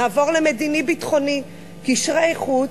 נעבור למדיני-ביטחוני: קשרי חוץ,